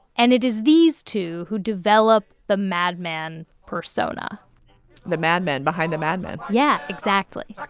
and it is these two who develop the madman persona the madmen behind the madmen yeah, exactly like